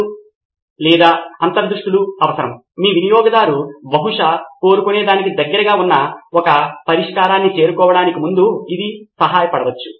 విద్యార్థి వ్యవస్థలో నిర్వాహకులైతే వారు తమ సొంత యంత్రాంగాన్ని నిర్వహిస్తుంటే ఆ ప్రైవేట్ వ్యవస్థలో భాగమైన విద్యార్థి లేదా ఉపాధ్యాయుడు నిర్వాహకుడిగా ఉండాలి అందువల్ల వాటిని కలిగి ఉండాలని కోరుతూ ఈ ప్రక్రియలో ఎక్కువ సమయం పెట్టుబడి పెట్టండి